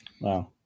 Wow